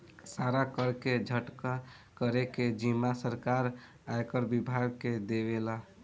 सारा कर के इकठ्ठा करे के जिम्मा सरकार आयकर विभाग के देवेला